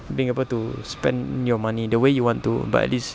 being able to spend your money the way you want to but at least